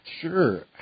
sure